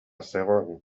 zegoen